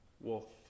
wolf